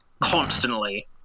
constantly